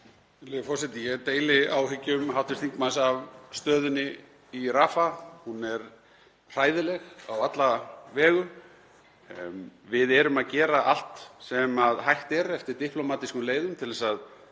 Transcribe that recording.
forseti. Ég deili áhyggjum hv. þingmanns af stöðunni í Rafah. Hún er hræðileg á alla vegu. Við erum að gera allt sem hægt er eftir diplómatískum leiðum til að